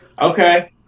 okay